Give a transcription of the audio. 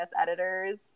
editors